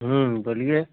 बोलिए